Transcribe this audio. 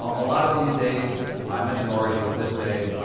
um a lot of these days i mentioned already, with this day,